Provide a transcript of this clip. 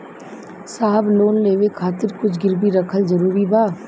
साहब लोन लेवे खातिर कुछ गिरवी रखल जरूरी बा?